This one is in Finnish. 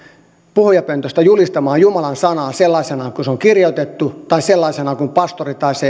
puhujapöntöstä julistamaan jumalan sanaa sellaisena kuin se kirjoitettu tai sellaisena kuin pastori tai